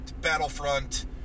Battlefront